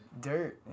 Dirt